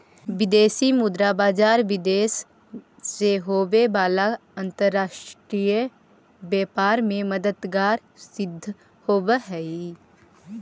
विदेशी मुद्रा बाजार विदेश से होवे वाला अंतरराष्ट्रीय व्यापार में मददगार सिद्ध होवऽ हइ